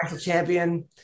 champion